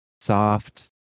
Soft